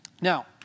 Now